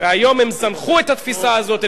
היום הן זנחו את התפיסה הזאת,